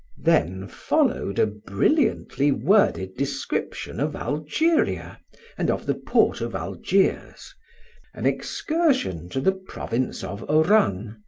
then followed a brilliantly worded description of algeria and of the port of algiers an excursion to the province of oran,